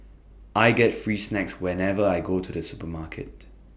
I get free snacks whenever I go to the supermarket